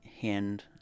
hand